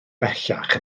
bellach